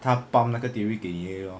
他 pump 那个 theory 给你而已 lor